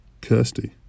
Kirsty